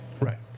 Right